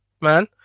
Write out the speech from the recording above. man